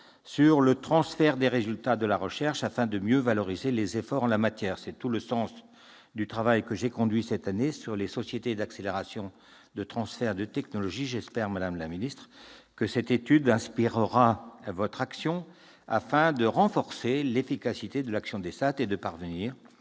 sur le transfert de ses résultats, afin de mieux valoriser les efforts en la matière. C'est tout le sens du travail que j'ai conduit cette année sur les sociétés d'accélération du transfert de technologies, les SATT. J'espère, madame la ministre, que cette étude inspirera votre action, afin de renforcer l'efficacité de l'action des SATT et de parvenir à une